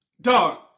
dog